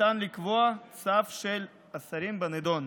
ניתן לקבוע צו של השרים בנדון.